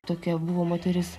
tokia buvo moteris